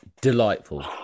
delightful